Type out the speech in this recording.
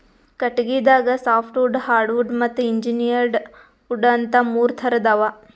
ಕಟಗಿದಾಗ softwood hardwood ಮತ್ತ್ engineered wood ಅಂತಾ ಮೂರ್ ಥರದ್ ಅವಾ